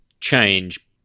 change